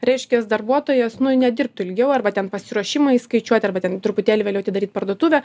reiškias darbuotojas nu nedirbtų ilgiau arba ten pasiruošimą įskaičiuot arba ten truputėlį vėliau atidaryt parduotuvę